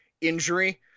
injury